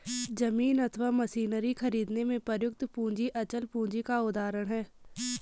जमीन अथवा मशीनरी खरीदने में प्रयुक्त पूंजी अचल पूंजी का उदाहरण है